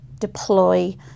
deploy